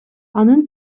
анын